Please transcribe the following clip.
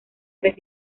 tres